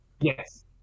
Yes